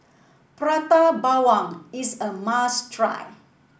Prata Bawang is a must try